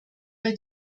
bei